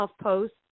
Post